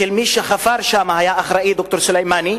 שמי שחפר שם, שהיה אחראי, ד"ר סולימני,